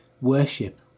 worship